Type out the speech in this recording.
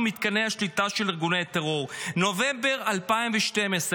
מתקני השליטה של ארגוני הטרור" נובמבר 2012,